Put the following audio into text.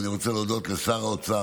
ואני רוצה להודות לשר האוצר,